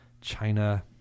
China